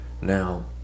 now